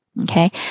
Okay